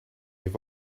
have